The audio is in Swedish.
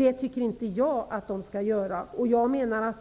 Jag tycker inte att de skall göra det.